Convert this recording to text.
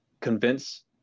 convince